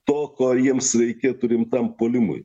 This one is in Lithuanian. to ko jiems reikėtų rimtam puolimui